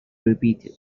repeated